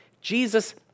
Jesus